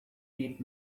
need